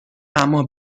اما